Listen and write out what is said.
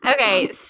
Okay